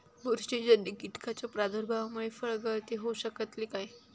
बुरशीजन्य कीटकाच्या प्रादुर्भावामूळे फळगळती होऊ शकतली काय?